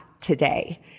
today